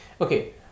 okay